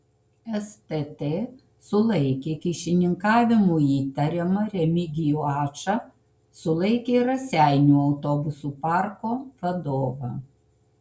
stt sulaikė kyšininkavimu įtariamą remigijų ačą sulaikė ir raseinių autobusų parko vadovą